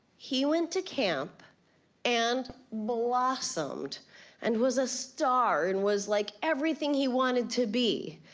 he went to camp and blossomed and was a star and was, like, everything he wanted to be.